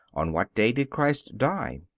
on what day did christ die?